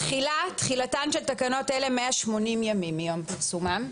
תחילתן של תקנות אלה 180 ימים מיום פרסומן.